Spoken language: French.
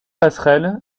passerelle